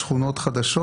כולל שכונות חדשות.